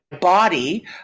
body